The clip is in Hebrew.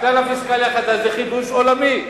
הכלל הפיסקלי החדש זה חידוש עולמי.